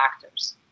factors